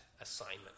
assignment